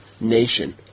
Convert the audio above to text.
nation